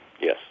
Yes